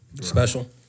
Special